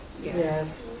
Yes